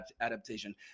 adaptation